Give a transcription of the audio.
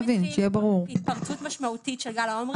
שם התחילה התפרצות משמעותית של גל האומיקרון.